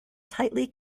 tightly